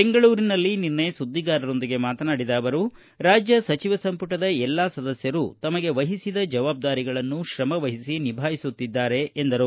ಬೆಂಗಳೂರಿನಲ್ಲಿ ನಿನ್ನೆ ಸುದ್ದಿಗಾರರೊಂದಿಗೆ ಮಾತನಾಡಿದ ಅವರು ರಾಜ್ಯ ಸಚಿವ ಸಂಪುಟದ ಎಲ್ಲಾ ಸದಸ್ತರೂ ತಮಗೆ ವಹಿಸಿದ ಜವಾಬ್ದಾರಿಗಳನ್ನು ಶ್ರಮವಹಿಸಿ ನಿಭಾಯಿಸುತ್ತಿದ್ದಾರೆ ಎಂದರು